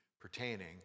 pertaining